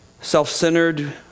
self-centered